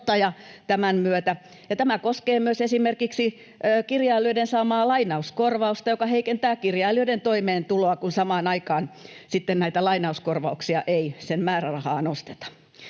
tämä koskee myös esimerkiksi kirjailijoiden saamaa lainauskorvausta, joka heikentää kirjailijoiden toimeentuloa, kun samaan aikaan sitten lainauskorvauksien määrärahaa ei nosteta.